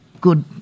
good